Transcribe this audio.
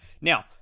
Now